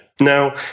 Now